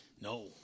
No